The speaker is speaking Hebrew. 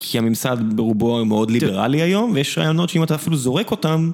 כי הממסד ברובו מאוד ליברלי היום, ויש רעיונות שאם אתה אפילו זורק אותם...